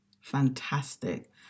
Fantastic